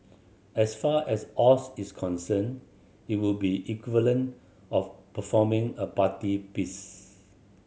as far as Oz is concerned it would be equivalent of performing a party piece